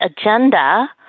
agenda